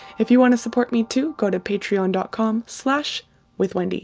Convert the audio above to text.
if you want to support me too go to patreon dot com slash withwendy